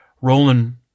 Roland